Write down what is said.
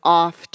off